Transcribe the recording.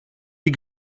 die